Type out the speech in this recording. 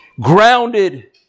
grounded